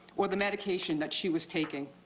or the medication that she was taking.